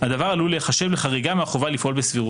הדבר עלול להיחשב לחריגה מהחובה לפעול בסבירות.